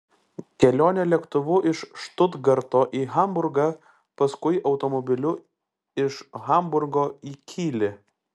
kelionė lėktuvu iš štutgarto į hamburgą paskui automobiliu iš hamburgo į kylį